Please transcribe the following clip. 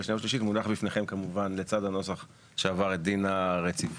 שנייה ושלישית מונח בפניכם לצד הנוסח שעבר את דין הרציפות.